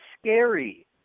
scary